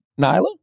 Nyla